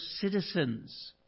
citizens